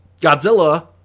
Godzilla